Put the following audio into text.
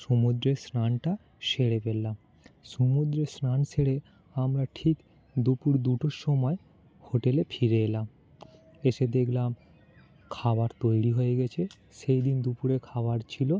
সমুদ্রে স্নানটা সেরে ফেললাম সমুদ্রে স্নান সেরে আমরা ঠিক দুপুর দুটোর সময় হোটেলে ফিরে এলাম এসে দেখলাম খাবার তৈরি হয়ে গেছে সেই দিন দুপুরে খাবার ছিলো